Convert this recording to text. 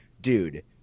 Dude